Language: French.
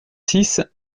six